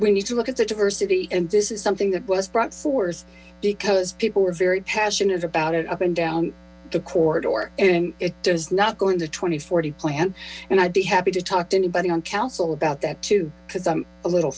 we need to look at the diversity and this is something that was brought forth because people were very passionate about up and down the or and it does not go into twenty four plan and i'd be happy to talk to anybody on council about that too because i'm a little